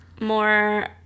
more